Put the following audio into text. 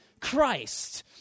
Christ